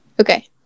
Okay